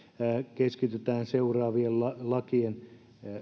keskitytään seuraavien lakien